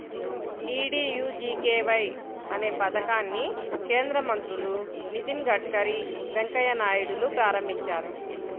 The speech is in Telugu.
డీడీయూజీకేవై అనే పథకాన్ని కేంద్ర మంత్రులు నితిన్ గడ్కరీ, వెంకయ్య నాయుడులు ప్రారంభించారు